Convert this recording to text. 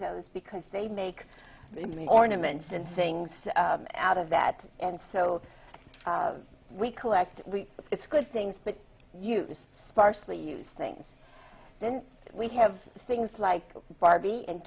those because they make me ornaments and things out of that and so we collect it's good things but you sparsely used things then we have things like barbie and